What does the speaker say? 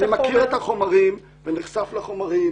אני מכיר את החומרים ונחשף לחומרים